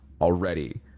already